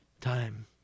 Time